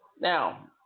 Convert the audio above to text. Now